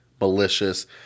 malicious